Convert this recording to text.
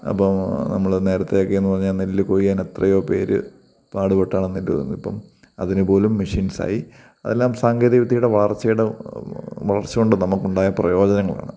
അപ്പോൾ നമ്മൾ നേരത്തേയൊക്കെന്ന് പറഞ്ഞാൽ നെല്ല് കൊയ്യാൻ എത്രയോ പേർ പാടുപ്പെട്ടാണ് നെല്ല് കൊയ്തിരുന്നത് ഇപ്പം അതിനുപോലും മെഷീൻസായി അതെല്ലാം സാങ്കേതിക വിദ്യയുടെ വളർച്ചയുടെ വളർച്ച കൊണ്ട് നമുക്കുണ്ടായ പ്രയോജനങ്ങളാണ്